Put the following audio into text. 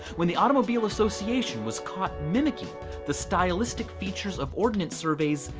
when the automobile association was caught mimicking the stylistic features of ordnance surveys,